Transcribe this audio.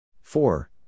Four